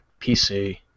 PC